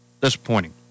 Disappointing